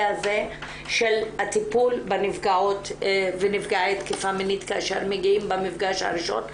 הזה של הטיפול בנפגעות ונפגעי תקיפה מינית כאשר מגיעים במפגש הראשון,